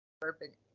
perfect